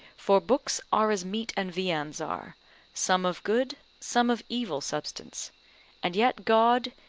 for books are as meats and viands are some of good, some of evil substance and yet god,